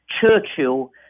Churchill